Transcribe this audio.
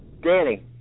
Danny